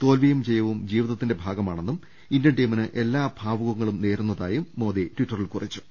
തോൽവിയും ജയവും ജീവിതത്തിന്റെ ഭാഗ മാണെന്നും ഇന്ത്യൻ ടീമിന് എല്ലാ ഭാവുകങ്ങളും നേരുന്നതായും മോദി ടിറ്ററിൽ കുറിച്ചു